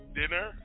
dinner